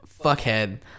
fuckhead